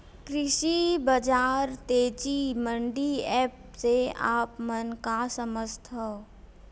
कृषि बजार तेजी मंडी एप्प से आप मन का समझथव?